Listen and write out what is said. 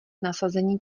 nasazení